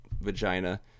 vagina